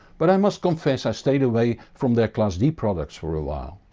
but i must confess i stayed away from their class d products for a while.